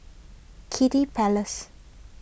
Kiddy Palace